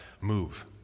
move